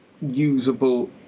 usable